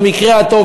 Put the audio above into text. במקרה הטוב,